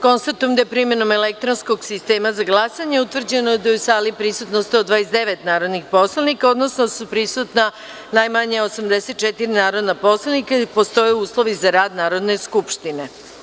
Konstatujem da je, primenom elektronskog sistema za glasanje, utvrđeno da je u sali prisutno 129 narodnih poslanika, odnosno da su prisutna najmanje 84 narodna poslanika i da postoje uslovi za rad Narodne skupštine.